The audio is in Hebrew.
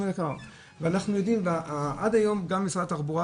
עד היום גם משרד התחבורה